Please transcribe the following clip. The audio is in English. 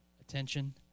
attention